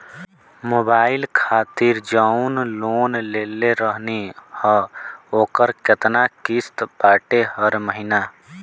Mobile खातिर जाऊन loan लेले रहनी ह ओकर केतना किश्त बाटे हर महिना?